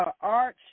Arch